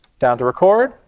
down to record,